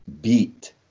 beat